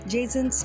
Jason